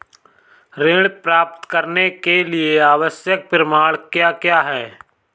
ऋण प्राप्त करने के लिए आवश्यक प्रमाण क्या क्या हैं?